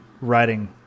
writing